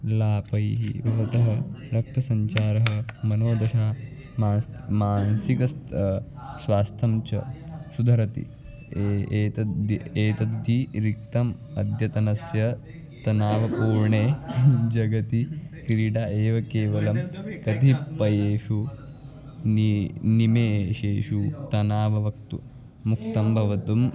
लापैः भवतः रक्तसञ्चारः मनोदशा मासः मानसिकस्य तत् स्वास्थ्यं च सुधरति एवम् एतद्धि एतद्धि रिक्तम् अद्यतनस्य तनावपूर्णे जगति क्रीडा एव केवलं कतिपयेषु न निमेशेषु तनाव वक्तुं मुक्तं भवितुं